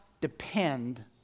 depend